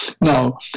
Now